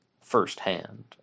firsthand